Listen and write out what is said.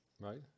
right